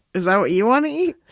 is that what you want to eat?